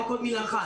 רק עוד מילה אחת.